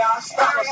stop